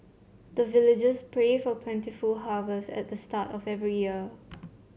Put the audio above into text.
the villagers pray for plentiful harvest at the start of every year